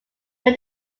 when